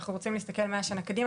אנחנו רוצים להסתכל מאה שנה קדימה,